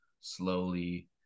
slowly